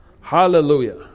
Hallelujah